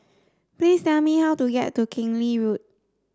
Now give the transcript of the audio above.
please tell me how to get to Keng Lee Road